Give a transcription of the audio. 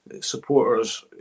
supporters